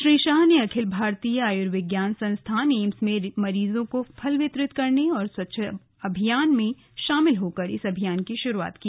श्री शाह ने अखिल भारतीय आयुर्विज्ञान संस्थान एम्स में मरीजों को फल वितरित करने और स्वच्छता अभियान में शामिल होकर इस अभियान की शुरुआत की